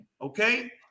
okay